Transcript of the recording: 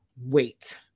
wait